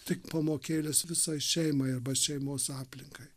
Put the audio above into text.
tik pamokėlės visai šeimai arba šeimos aplinkai